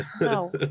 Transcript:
No